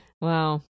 Wow